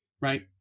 right